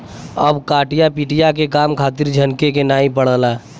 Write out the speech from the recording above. अब कटिया पिटिया के काम खातिर झनके के नाइ पड़ला